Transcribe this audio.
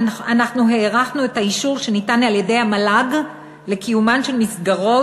אנחנו הארכנו את האישור שניתן על-ידי המל"ג לקיומן של מסגרות